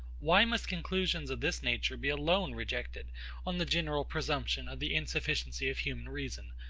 why must conclusions of this nature be alone rejected on the general presumption of the insufficiency of human reason,